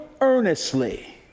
earnestly